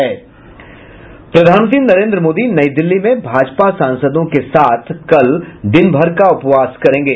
प्रधानमंत्री नरेन्द्र मोदी नई दिल्ली में भाजपा सांसदों के साथ कल दिनभर का उपवास करेंगे